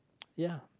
ya